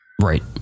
right